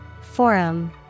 Forum